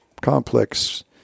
complex